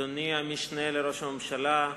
אדוני המשנה לראש הממשלה,